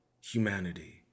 humanity